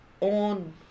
on